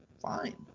fine